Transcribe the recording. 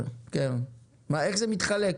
איך זה מתחלק?